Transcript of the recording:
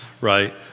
right